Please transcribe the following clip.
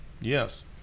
Yes